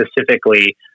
specifically